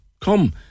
come